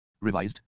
Revised